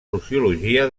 sociologia